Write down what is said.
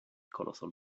colossal